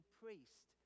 priest